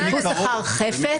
"זה מקרוב".